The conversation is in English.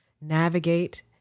navigate